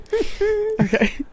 Okay